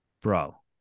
Bro